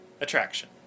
attraction